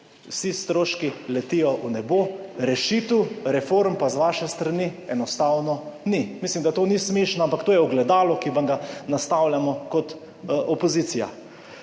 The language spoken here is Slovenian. vsi stroški letijo v nebo, rešitev, reform pa z vaše strani enostavno ni. Mislim, da to ni smešno, ampak to je ogledalo, ki vam ga nastavljamo kot opozicija.